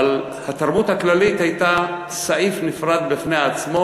אבל התרבות הכללית הייתה סעיף נפרד בפני עצמו.